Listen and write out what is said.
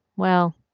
well,